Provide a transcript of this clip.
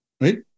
Right